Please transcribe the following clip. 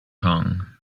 kong